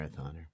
marathoner